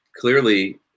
clearly